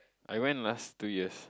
I went last two years